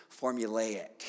formulaic